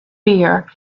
fear